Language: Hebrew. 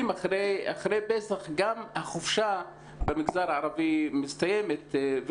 אחרי פסח גם החופשה במגזר הערבי מסתיימת.